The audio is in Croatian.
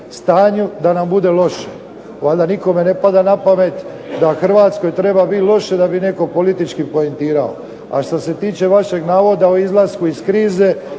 stanju da nam bude loše. Valjda nikome ne pada na pamet da Hrvatskoj treba biti loše da bi netko politički …/Govornik se ne razumije./… A što se tiče vašeg navoda o izlasku iz krize,